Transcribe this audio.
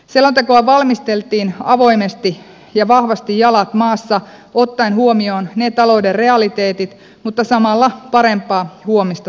selontekoa valmisteltiin avoimesti ja vahvasti jalat maassa ottaen huomioon talouden realiteetit mutta samalla parempaa huomista tavoitellen